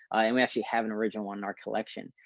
and we actually have an original one, our collection.